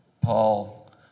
Paul